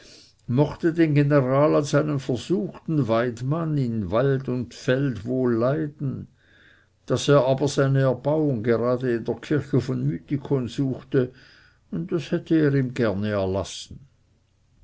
mochte den general als einen versuchten weidmann in wald und feld wohl leiden daß er aber seine erbauung gerade in der kirche von mythikon suchte das hätte er ihm gerne erlassen